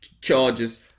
charges